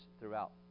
throughout